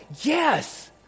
Yes